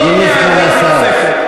אדוני סגן השר,